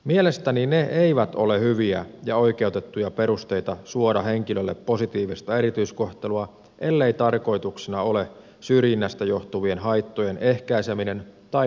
mielestäni ne eivät ole hyviä ja oikeutettuja perusteita suoda henkilölle positiivista erityiskohtelua ellei tarkoituksena ole syrjinnästä johtuvien haittojen ehkäiseminen tai poistaminen